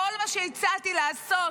כל מה שהצעתי לעשות